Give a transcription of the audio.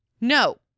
No